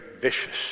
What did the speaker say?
vicious